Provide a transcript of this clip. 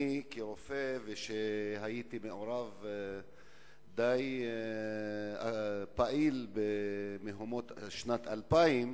כרופא וכמי שהיה מעורב די פעיל במהומות שנת 2000,